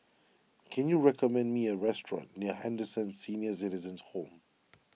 can you recommend me a restaurant near Henderson Senior Citizens' Home